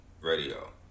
radio